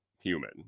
human